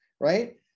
right